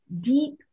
deep